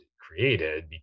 created